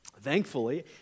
Thankfully